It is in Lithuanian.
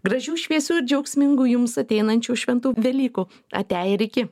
gražių šviesių ir džiaugsmingų jums ateinančių šventų velykų ate ir iki